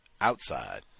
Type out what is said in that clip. outside